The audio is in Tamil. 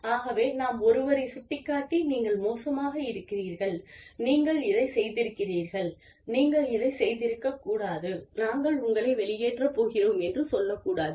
ஆகவே நாம் ஒருவரைச் சுட்டிக் காட்டி நீங்கள் மோசமாக இருக்கிறீர்கள் நீங்கள் இதைச் செய்திருக்கிறீர்கள் நீங்கள் இதைச் செய்திருக்கக் கூடாது நாங்கள் உங்களை வெளியேற்றப் போகிறோம் என்று சொல்லக்கூடாது